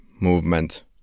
movement